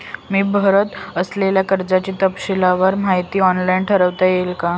मी भरत असलेल्या कर्जाची तपशीलवार माहिती ऑनलाइन पाठवता येईल का?